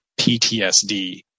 PTSD